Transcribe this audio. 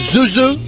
Zuzu